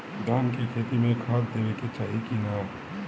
धान के खेती मे खाद देवे के चाही कि ना?